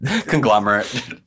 Conglomerate